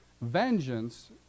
vengeance